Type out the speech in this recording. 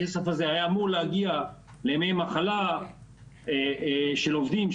הכסף הזה היה אמור להגיע לימי מחלה של עובדים,